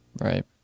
right